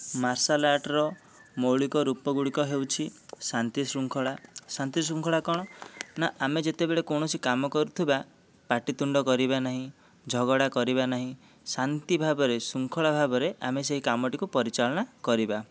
ମାର୍ଶାଲଆର୍ଟର ମୌଳିକ ରୂପ ଗୁଡ଼ିକ ହେଉଛି ଶାନ୍ତି ଶୃଙ୍ଖଳା ଶାନ୍ତି ଶୃଙ୍ଖଳା କଣ ନା ଆମେ ଯେତେବେଳେ କୌଣସି କାମ କରୁଥିବା ପାଟିତୁଣ୍ଡ କରିବା ନାହିଁ ଝଗଡ଼ା କରିବାନି ଶାନ୍ତି ଭାବରେ ଶୃଙ୍ଖଳା ଭାବରେ ଆମେ ସେହି କାମଟିକୁ ପରିଚାଳନା କରିବା